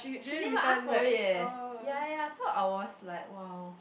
she didn't even ask for it eh ya ya ya so I was like !wow!